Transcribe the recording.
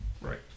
Right